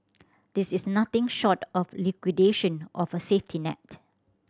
this is nothing short of liquidation of a safety net